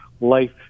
life